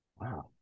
Wow